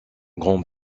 grand